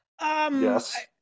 Yes